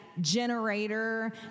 generator